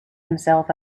himself